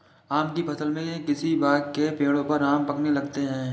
आम की फ़सल में किसी बाग़ के पेड़ों पर आम पकने लगते हैं